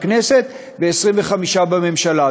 ו-25 בממשלה,